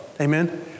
Amen